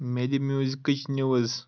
مےٚ دِ میوٗزکٕچ نیوٕز